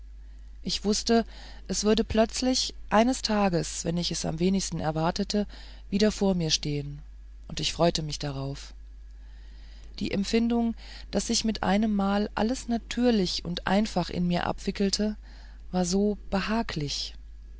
ich wußte es würde plötzlich eines tages wenn ich es am wenigsten erwartete wieder vor mir stehen und ich freute mich darauf die empfindung daß sich mit einemmal alles natürlich und einfach in mir abwickelte war so behaglich